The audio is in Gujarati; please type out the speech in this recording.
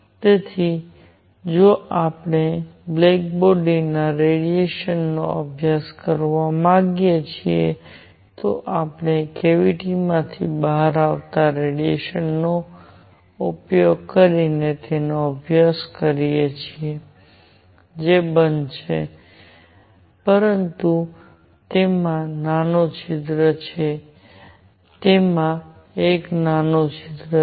તેથી જો આપણે બ્લેક બોડી ના રેડિયેશન નો અભ્યાસ કરવા માંગીએ છીએ તો આપણે કેવીટી માંથી બહાર આવતા રેડિયેશન નો ઉપયોગ કરીને તેનો અભ્યાસ કરી શકીએ છીએ જે બંધ છે પરંતુ તેમાં નાનું છિદ્ર છે તેમાં એક નાનું છિદ્ર છે